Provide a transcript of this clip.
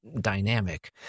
dynamic